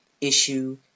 issue